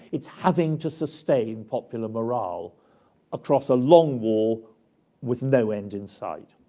it's having to sustain popular morale across a long war with no end in sight.